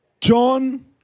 John